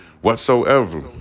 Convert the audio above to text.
whatsoever